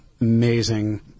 amazing